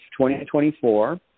2024